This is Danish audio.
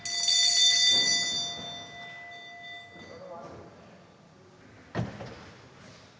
Hvad er det,